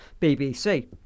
bbc